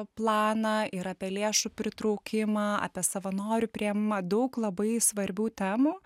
planą ir apie lėšų pritraukimą apie savanorių priėmimą daug labai svarbių temų